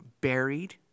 buried